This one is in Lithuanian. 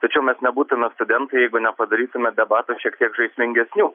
tačiau mes nebūtume studentai jeigu nepadarytume debatų šiek tiek žaismingesnių